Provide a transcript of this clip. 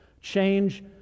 Change